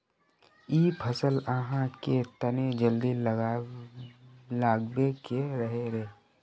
इ फसल आहाँ के तने जल्दी लागबे के रहे रे?